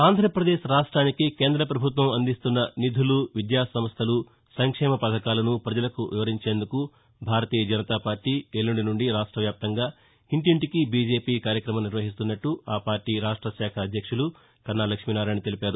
ఆంధ్రాపదేశ్ రాష్ట్రానికి కేంద్రపభుత్వం అందిస్తున్న నిధులు విద్యాసంస్టలు సంక్షేమ పథకాలను ప్రపజలకు వివరించేందుకు భారతీయ జనతాపార్లీ ఎల్లండి నుండి రాష్టవ్యాప్తంగా ఇంటింటికీ బీజెపి కార్యక్రమం నిర్వహిస్తున్నట్లు ఆ పార్టీ రాష్ట శాఖ అధ్యక్షులు కన్నా లక్ష్మీనారాయణ తెలిపారు